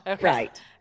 right